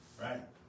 Right